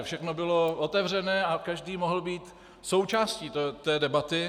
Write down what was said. Všechno bylo otevřené a každý mohl být součástí té debaty.